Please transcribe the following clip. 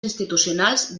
institucionals